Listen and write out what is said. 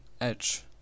edge